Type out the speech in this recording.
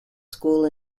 school